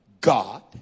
God